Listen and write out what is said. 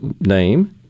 name